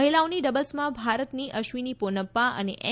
મહિલાઓની ડબલ્સમાં ભારતી અશ્વીની પોનપ્પા અને એન